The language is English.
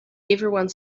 everyone